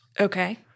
Okay